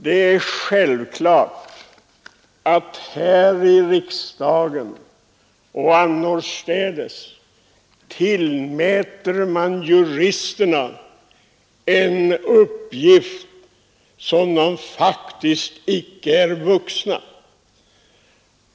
Det är tydligt att man i riksdagen och annorstädes tillmäter juristerna en uppgift, som dessa faktiskt inte är vuxna.